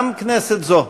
גם כנסת זו,